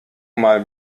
mal